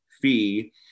fee